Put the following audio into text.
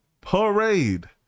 parade